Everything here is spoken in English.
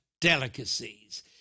delicacies